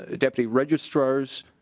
ah deputy registrars